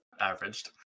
averaged